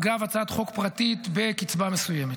אגב הצעת חוק פרטית בקצבה מסוימת.